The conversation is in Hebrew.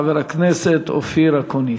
חבר הכנסת אופיר אקוניס.